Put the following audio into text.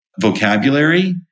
vocabulary